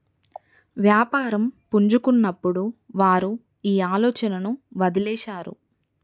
వ్యాపారం పుంజుకున్నప్పుడు వారు ఈ ఆలోచనను వదిలేసారు